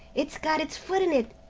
it's got its foot in it,